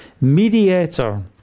mediator